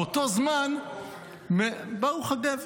ברוך הגבר?